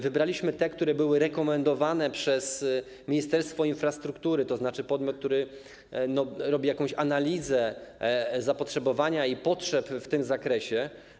Wybraliśmy te, które były rekomendowane przez Ministerstwo Infrastruktury, tzn. podmiot, który robi jakąś analizę zapotrzebowania, potrzeb w tym zakresie.